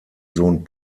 sohn